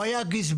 הוא היה גזבר,